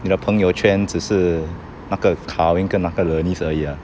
你的朋友圈只是那个 kar wing 跟那个 bernice 而已 ah